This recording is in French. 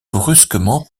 brusquement